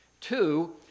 Two